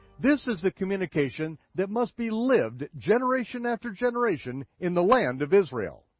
this is the communication that must be lived generation after generation in the land of israel.